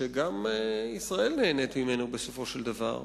שגם ישראל נהנית ממנו בסופו של דבר.